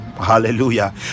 hallelujah